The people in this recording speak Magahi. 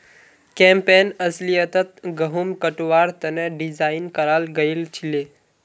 कैम्पैन अस्लियतत गहुम कटवार तने डिज़ाइन कराल गएल छीले